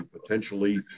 potentially